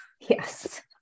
Yes